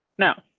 no,